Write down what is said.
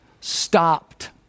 stopped